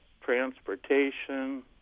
transportation